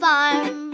Farm